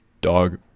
dog